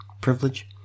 privilege